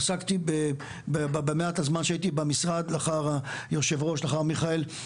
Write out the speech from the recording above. עסקתי במעט הזמן שהייתי במשרד יושב הראש לאחר מיכאל,